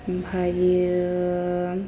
ओमफ्रायो